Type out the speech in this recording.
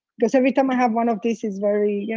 because every time i have one of these, it's very, you know